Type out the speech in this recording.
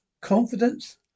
Confidence